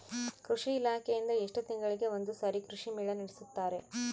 ಕೃಷಿ ಇಲಾಖೆಯಿಂದ ಎಷ್ಟು ತಿಂಗಳಿಗೆ ಒಂದುಸಾರಿ ಕೃಷಿ ಮೇಳ ನಡೆಸುತ್ತಾರೆ?